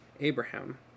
Abraham